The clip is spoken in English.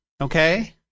okay